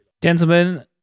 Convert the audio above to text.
gentlemen